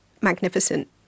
magnificent